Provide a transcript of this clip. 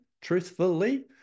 truthfully